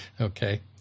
Okay